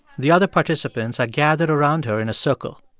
the other participants are gathered around her in a circle.